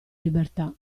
libertà